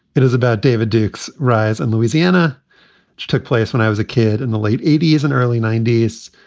it is about david duke's rise and louisiana, which took place when i was a kid in the late eighty s and early ninety s.